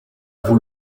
vous